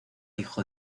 hijo